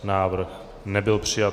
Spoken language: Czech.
Návrh nebyl přijat.